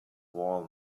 wall